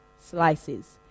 slices